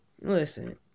Listen